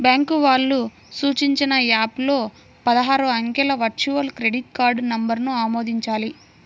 bank వాళ్ళు సూచించిన app లో పదహారు అంకెల వర్చువల్ క్రెడిట్ కార్డ్ నంబర్ను ఆమోదించాలి